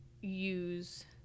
use